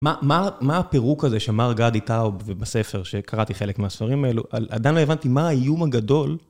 מה הפירוק הזה שאמר גדי טאוב בספר שקראתי חלק מהספרים האלו, עדיין לא הבנתי מה האיום הגדול.